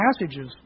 passages